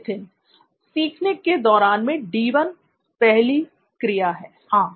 नित्थिन सीखने के "दौरान" में D1 पहली क्रिया है हां